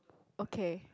okay